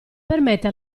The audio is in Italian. permette